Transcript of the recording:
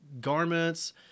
garments